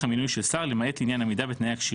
המינוי של שר למעט עניין עמידה בתנאי הכשירות.